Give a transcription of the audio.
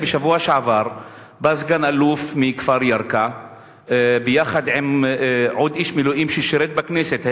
בשבוע שעבר בא סגן-אלוף מכפר ירכא ביחד עם עוד איש מילואים ששירת בכנסת,